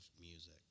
music